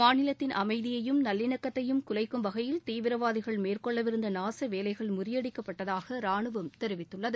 மாநிலத்தின் அமைதியையும் நல்லிணக்கத்தையும் குலைக்கும் வகையில் தீவிரவாதிகள் மேற்கொள்ளவிருந்த நாச வேலைகள் முறியடிக்கப்பட்டதாக ரானுவம் தெரிவித்துள்ளது